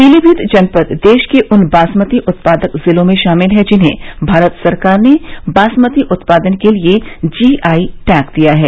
पीलीमीत जनपद देश के उन बासमती उत्पादक जिलों में शामिल है जिन्हें भारत सरकार ने बासमती उत्पादन के लिए जीआई टैग दिया है